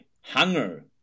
Hunger